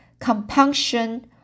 compunction